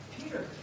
Peter